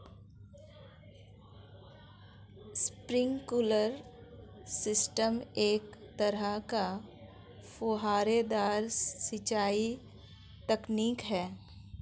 sprinkler system एक तरह का फुहारेदार सिंचाई तकनीक है